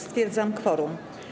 Stwierdzam kworum.